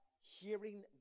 hearing